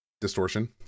distortion